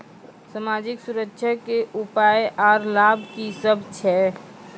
समाजिक सुरक्षा के उपाय आर लाभ की सभ छै?